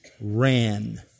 ran